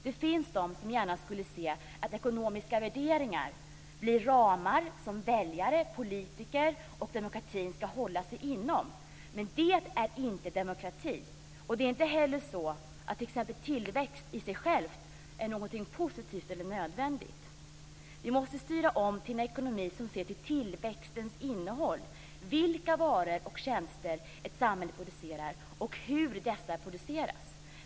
De skulle gärna se att ekonomiska värderingar blir ramar som väljare, politiker och demokratin ska hålla sig inom. Men det är inte demokrati. Det är inte heller så att t.ex. tillväxt i sig själv är någonting positivt eller nödvändigt. Vi måste styra om till en ekonomi som ser till tillväxtens innehåll, vilka varor och tjänster ett samhälle producerar och hur dessa produceras.